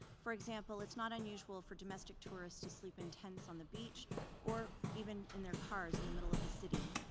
for example, it's not unusual for domestic tourists to sleep in tents on the beach or even in their cars in the middle of the city.